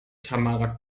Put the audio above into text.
tamara